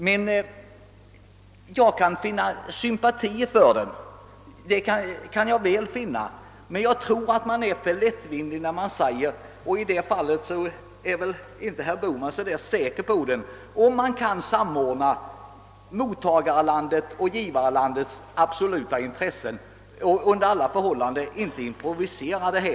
Jag kan visst känna sympatier för den, men jag tror att man har tagit för lättvindigt på saken, och herr Bohman tycks inte heller vara riktigt säker på att man kan samordna mottagarlandets och givarlandets intressen. Man får under inga förhållanden improvisera detta.